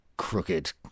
Crooked